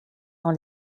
dans